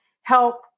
help